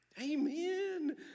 Amen